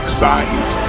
side